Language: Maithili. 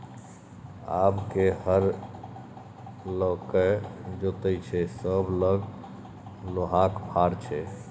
आब के हर लकए जोतैय छै सभ लग लोहाक फार छै